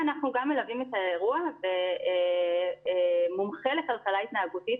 ואנחנו גם מלווים את האירוע והמומחה לכלכלה התנהגותית,